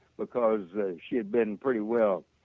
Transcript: because ah she had been pretty well